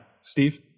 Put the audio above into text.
Steve